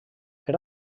per